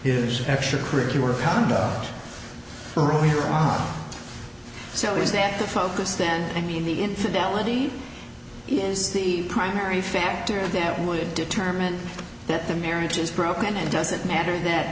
his extracurricular conduct for a year off so is that the focus then i mean the infidelity is the primary factor that would determine that the marriage is broken and does it matter that